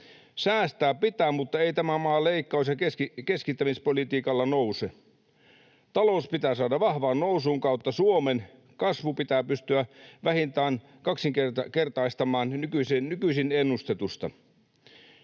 Säästää pitää, mutta ei tämä maa leikkaus- ja keskittämispolitiikalla nouse. Talous pitää saada vahvaan nousuun kautta Suomen. Kasvu pitää pystyä vähintään kaksinkertaistamaan nykyisin ennustetusta.